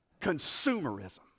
Consumerism